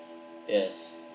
yes